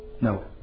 No